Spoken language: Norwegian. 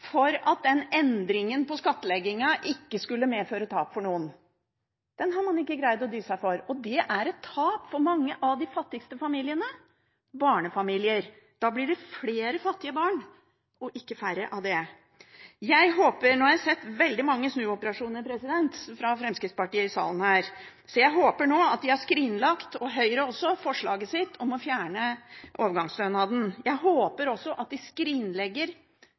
for at den endringen på skattleggingen ikke skulle medføre tap for noen. Det har man ikke greid å dy seg for, og det er et tap for mange av de fattigste familiene – barnefamilier. Da blir det flere fattige barn, og ikke færre. Nå har jeg sett veldig mange snuoperasjoner fra Fremskrittspartiet i salen her, så jeg håper at de, og også Høyre, har skrinlagt forslaget om å fjerne overgangsstønaden. Jeg håper også at de skrinlegger